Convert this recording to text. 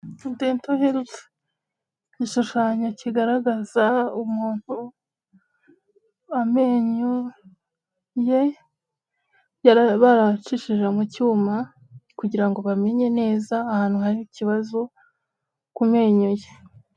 Igishushanyo kigaragaza umuntu amenyo ye barayacishije mu cyuma kugira ngo bamenye neza ahantu hari ikibazo ku menyo ye.